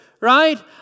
right